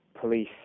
police